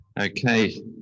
Okay